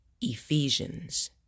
Ephesians